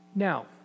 Now